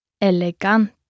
elegant